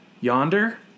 yonder